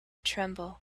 tremble